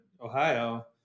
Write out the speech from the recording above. Ohio